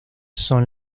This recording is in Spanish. son